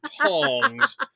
tongs